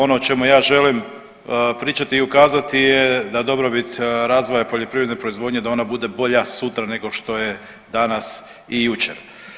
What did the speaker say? Ono o čemu ja želim pričati i ukazati je da dobrobit razvoja poljoprivredne proizvodnje da ona bude bolja sutra nego što je danas i jučer.